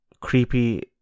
creepy